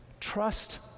Trust